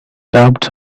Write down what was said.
doubts